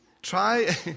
Try